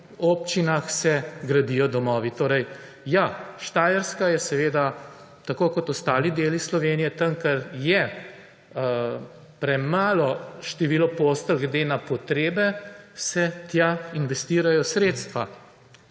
občinah se gradijo domovi, torej ja, Štajerska je tako kot ostali deli Slovenije, tam kjer je premalo število postelj glede na potrebe, se tja investirajo sredstva.